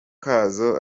kazo